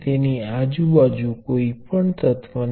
તેથી સમાન ખ્યાલ એ એક ઓપન સર્કિટ છે